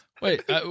Wait